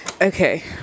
okay